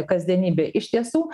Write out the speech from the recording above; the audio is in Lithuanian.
kasdienybė iš tiesų